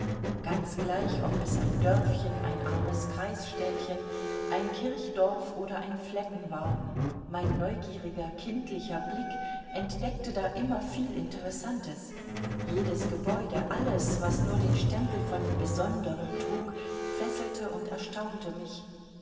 ganz gleich ob es ein dörfchen ein armes kreisstädtchen ein kirchdorf oder ein flecken war mein neugieriger kindlicher blick entdeckte da immer viel interessantes jedes gebäude alles was nur den stempel von besonderem trug fesselte und erstaunte mich